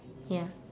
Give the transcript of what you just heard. ya